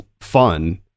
fun